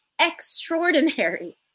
extraordinary